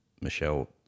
Michelle